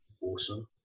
awesome